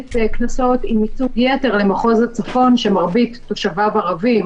מחלקת קנסות עם ייצוג יתר למחוז הצפון שמרבית תושביו ערבים